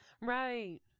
Right